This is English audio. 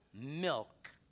milk